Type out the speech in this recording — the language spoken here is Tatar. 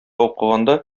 укыганда